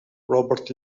robert